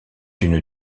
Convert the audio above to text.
une